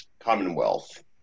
Commonwealth